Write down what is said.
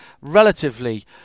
relatively